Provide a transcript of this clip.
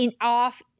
off